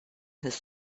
his